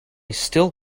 still